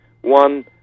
One